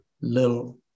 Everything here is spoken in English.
little